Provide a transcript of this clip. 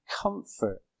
comfort